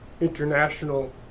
international